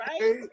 right